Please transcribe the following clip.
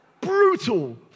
Brutal